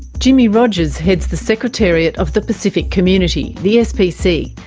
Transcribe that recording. jimmie rodgers heads the secretariat of the pacific community, the spc,